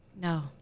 No